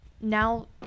Now